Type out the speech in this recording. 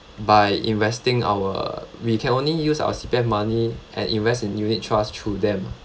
by investing our we can only use our C_P_F money and invest in unit trust through them